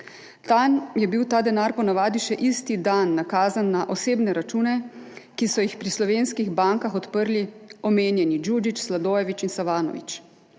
Tam je bil ta denar po navadi še isti dan nakazan na osebne račune, ki so jih pri slovenskih bankah odprli omenjeni Đuđić, Sladojević in Savanović,